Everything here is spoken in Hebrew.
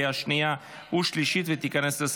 נתקבל.